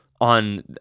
on